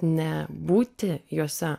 ne būti jose